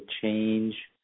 change